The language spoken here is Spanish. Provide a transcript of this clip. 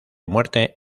muerte